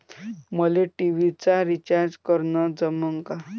मले टी.व्ही चा रिचार्ज करन जमन का?